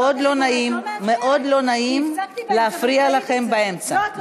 מאוד לא נעים, מאוד לא נעים להפריע לכם באמצע.